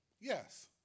Yes